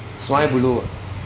sungei buloh ah